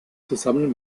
zusammen